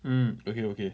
mm okay okay